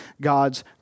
God's